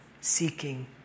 seeking